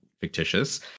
fictitious